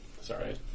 Sorry